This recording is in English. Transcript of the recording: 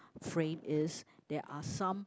frame is there are some